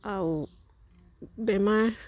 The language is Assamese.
আৰু বেমাৰ